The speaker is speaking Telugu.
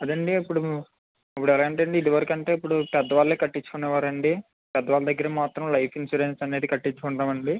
అదండి ఇప్పుడు ఇప్పుడు ఎలా అంటే అండి ఇది వరకు అంటే ఇప్పుడు పెద్దవాళ్ళే కట్టించుకునేవారు అండి పెద్దవాళ్ళ దగ్గర మాత్రమే లైఫ్ ఇన్సూరెన్స్ అనేది కట్టించుకుంటాము అండి